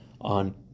on